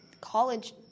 college